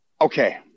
okay